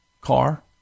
car